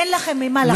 אין לכם ממה לחשוש.